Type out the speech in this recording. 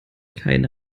keine